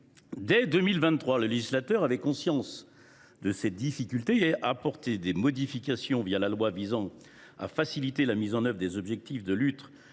Dès 2023, le législateur, ayant conscience de ces difficultés, y avait apporté des modifications la loi visant à faciliter la mise en œuvre des objectifs de lutte